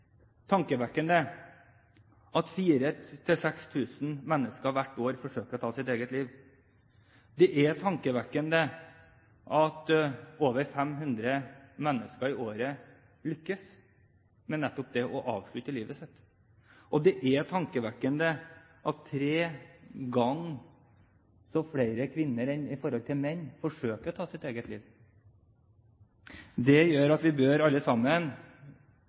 tankevekkende at 4 000–6 000 mennesker hvert år forsøker å ta sitt eget liv. Det er tankevekkende at over 500 mennesker i året lykkes med nettopp det å avslutte livet sitt, og det er tankevekkende at tre ganger flere kvinner enn menn forsøker å ta sitt eget liv. Det gjør at vi alle sammen